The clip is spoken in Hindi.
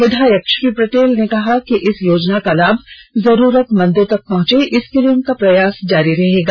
विधायक श्री पटेल ने कहा कि इस योजना का लाभ जरूरतमंदों तक पहंचे इसके लिए उनका प्रयास जारी रहेगा